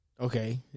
Okay